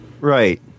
right